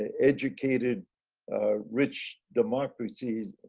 educated rich democracies.